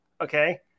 Okay